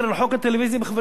שאני עשיתי אותו כאן,